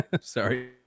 Sorry